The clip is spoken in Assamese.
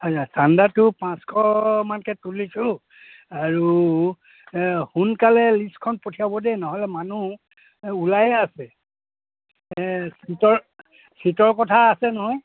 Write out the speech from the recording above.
আচ্ছা চান্দাটো পাঁচশমানকৈ তুলিছোঁ আৰু সোনকালে লিষ্টখন পঠিয়াব দেই নহ'লে মানুহ ওলায়েই আছে ছীটৰ ছীটৰ কথা আছে নহয়